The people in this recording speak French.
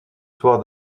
soirs